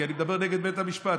כי אני מדבר נגד בית המשפט,